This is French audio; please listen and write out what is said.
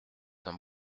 d’un